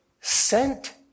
sent